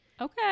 Okay